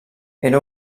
era